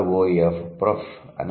' అని మాత్రమే వాడు తున్నారు